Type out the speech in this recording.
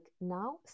now